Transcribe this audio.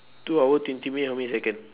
two hour twenty minute how many second